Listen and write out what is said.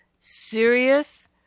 serious